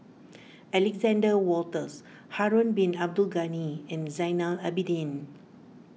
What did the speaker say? Alexander Wolters Harun Bin Abdul Ghani and Zainal Abidin